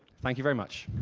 thank you very much.